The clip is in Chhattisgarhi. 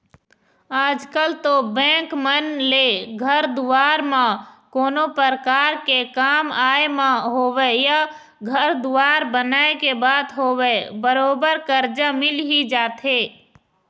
आजकल तो बेंक मन ले घर दुवार म कोनो परकार के काम आय म होवय या घर दुवार बनाए के बात होवय बरोबर करजा मिल ही जाथे